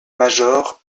major